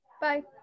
Bye